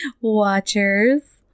Watchers